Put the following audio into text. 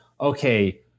okay